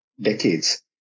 decades